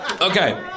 Okay